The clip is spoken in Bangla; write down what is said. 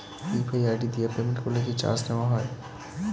ইউ.পি.আই আই.ডি দিয়ে পেমেন্ট করলে কি চার্জ নেয়া হয়?